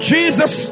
Jesus